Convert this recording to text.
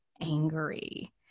angry